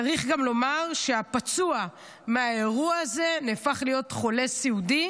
צריך גם לומר שהפצוע מהאירוע הזה הפך להיות חולה סיעודי,